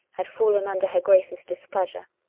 had fallen under her grace's displeasure,